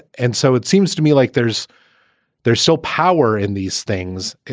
and so it seems to me like there's there's still power in these things,